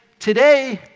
today,